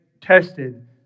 tested